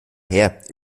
her